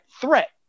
threat